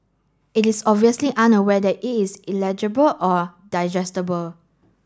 it is obviously unaware that it is eligible or digestible